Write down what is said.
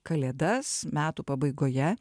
kalėdas metų pabaigoje